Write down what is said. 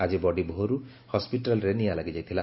ଆଜି ବଡ଼ିଭୋରୁ ହସ୍କିଟାଲରେ ନିଆଁ ଲାଗିଯାଇଥିଲା